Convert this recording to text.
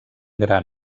gran